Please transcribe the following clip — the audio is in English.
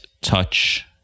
touch